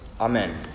Amen